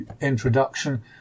introduction